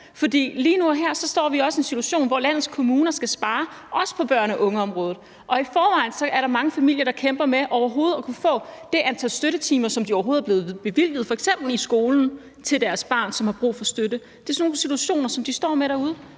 For lige nu og her står vi også i en situation, hvor landets kommuner skal spare, også på børne- og ungeområdet, og i forvejen er der mange familier, der kæmper med overhovedet at kunne få det antal støttetimer, de er blevet bevilget, f.eks. i skolen, til deres barn, som har brug for støtte. Det er sådan nogle situationer, de står i derude.